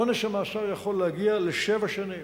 עונש המאסר יכול להגיע לשבע שנים.